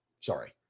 sorry